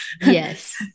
Yes